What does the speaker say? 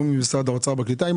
אני